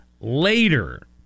later